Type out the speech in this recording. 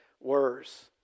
worse